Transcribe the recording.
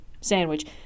sandwich